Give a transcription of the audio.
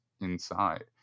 inside